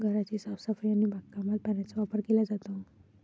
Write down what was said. घराची साफसफाई आणि बागकामात पाण्याचा वापर केला जातो